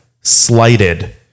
slighted